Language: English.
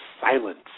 Silence